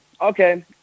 Okay